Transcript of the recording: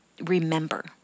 remember